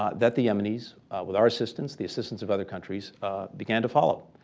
that the yeminis with our assistance, the assistance of other countries began to follow.